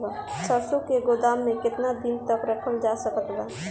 सरसों के गोदाम में केतना दिन तक रखल जा सकत बा?